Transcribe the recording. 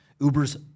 Uber's